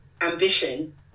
ambition